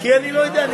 כי אני לא יודע.